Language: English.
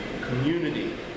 community